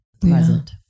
present